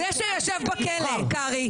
זה שישב בכלא, קרעי.